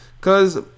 Cause